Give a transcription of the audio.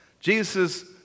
Jesus